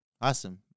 Awesome